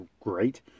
great